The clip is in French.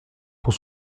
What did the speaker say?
pour